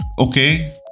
okay